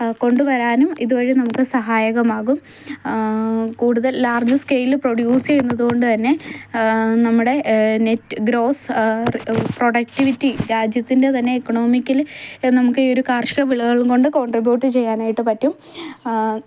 കൊണ്ട് വരാനും ഇതുവഴി സഹായകമാകും കൂടുതൽ ലാർജ് സ്കെലില് പ്രൊഡ്യൂസ് ചെയ്യുന്നത് കൊണ്ട് തന്നെ നമ്മുടെ നെറ്റ് ഗ്രോസ് പ്രൊഡക്ടിവിറ്റി രാജ്യത്തിൻ്റെ തന്നെ എക്കണോമിക്കലി ഈ നമുക്കൊരു കാർഷിക വിളകൾ കൊണ്ട് കോണ്ട്രിബ്യുട്ട് ചെയ്യാനായിട്ട് പറ്റും